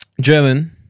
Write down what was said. German